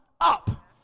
up